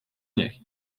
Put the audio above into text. něj